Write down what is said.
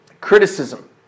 criticism